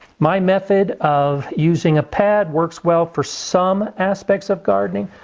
my method of using a pad works well for some aspects of gardening,